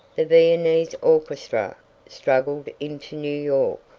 the viennese orchestra straggled into new york,